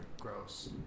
gross